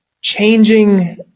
changing